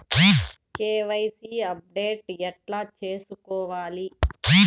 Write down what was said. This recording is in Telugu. కె.వై.సి అప్డేట్ ఎట్లా సేసుకోవాలి?